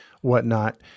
whatnot